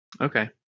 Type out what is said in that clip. Okay